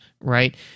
right